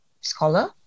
scholar